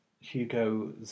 Hugo